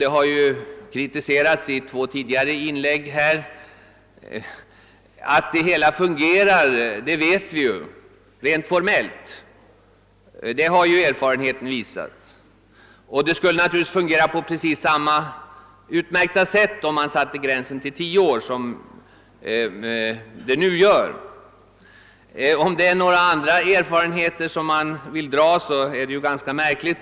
Denna ståndpunkt har i två tidigare inlägg här i kammaren kritiserats. Erfarenheten har visat att det hela rent formellt och tekniskt fungerar väl, och det skulle naturligtvis fungera på precis samma utmärkta sätt om man satte gränsen till tio år. Om det är några andra erfarenheter som man vill åberopa vore detta ganska märkligt.